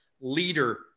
leader